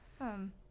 Awesome